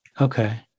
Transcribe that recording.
Okay